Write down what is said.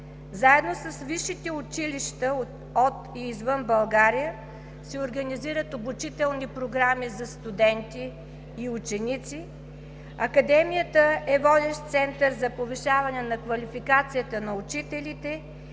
Заедно с висшите училища от и извън България се организират обучителни програми за студенти и ученици. Академията е водещ център за повишаване на квалификацията на учителите